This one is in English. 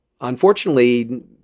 Unfortunately